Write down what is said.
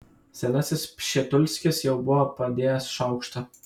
senasis pšitulskis jau buvo padėjęs šaukštą